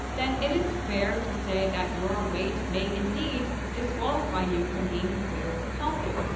then it is fair to say that your weight may indeed disqualify you from being considered healthy.